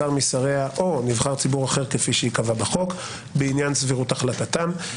שר משריה או נבחר ציבור אחר כפי שייקבע בחוק בעניין סבירות החלטתם.